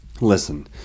Listen